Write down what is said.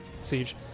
siege